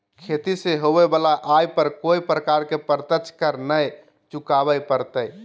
खेती से होबो वला आय पर कोय प्रकार के प्रत्यक्ष कर नय चुकावय परतय